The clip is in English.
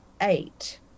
eight